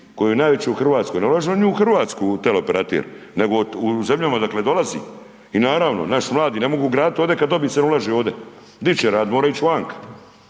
koja je najveća u Hrvatskoj, ne ulože oni u Hrvatsku, teleoperater, nego u zemljama odakle dolazi i naravno, naši mladi ne mogu graditi ovdje kad dobit se ne ulaže ovdje, di će radit, moraju ić vanka,